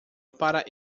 para